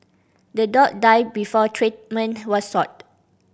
the dog died before treatment was sought